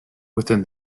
within